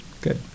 good